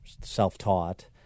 self-taught